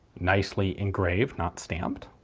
nicely engraved, not stamped.